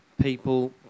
people